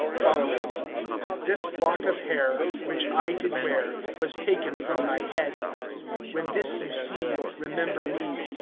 following this lock of hair, which i did wear, was taken from my head when this you see, remember me,